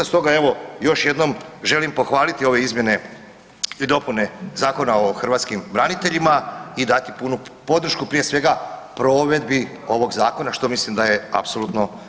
Stoga evo još jednom želim pohvaliti ove izmjene i dopune Zakona o hrvatskim braniteljima i dati punu podršku prije svega provedbi ovog zakona što mislim da je apsolutno najbitnije.